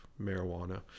marijuana